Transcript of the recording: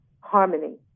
harmony